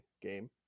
game